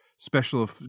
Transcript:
special